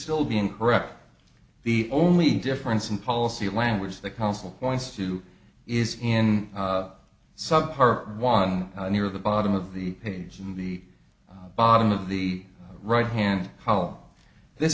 still be incorrect the only difference in policy language the council points to is in sub par one near the bottom of the page in the bottom of the right hand column this